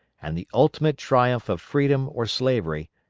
and the ultimate triumph of freedom or slavery,